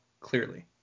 clearly